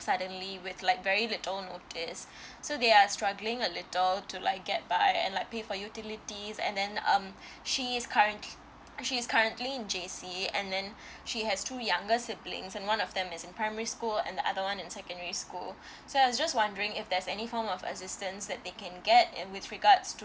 suddenly with like very little notice so they are struggling a little to like get by and like pay for utilities and then um she is current~ she is currently in J_C and then she has two younger siblings and one of them is in primary school and the other one in secondary school so I was just wondering if there's any form of assistance that they can get and with regards